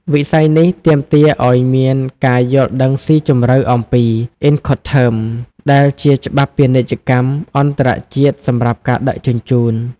វិស័យនេះទាមទារឱ្យមានការយល់ដឹងស៊ីជម្រៅអំពី "Incoterms" ដែលជាច្បាប់ពាណិជ្ជកម្មអន្តរជាតិសម្រាប់ការដឹកជញ្ជូន។